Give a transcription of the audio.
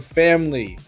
family